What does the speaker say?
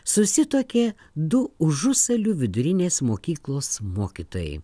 susituokė du užusalių vidurinės mokyklos mokytojai